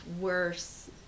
worse